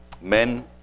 men